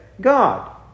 God